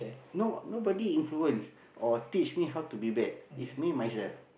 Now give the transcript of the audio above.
no nobody influence or teach me how to be bad is me myself